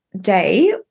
day